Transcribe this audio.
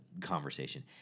conversation